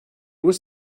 was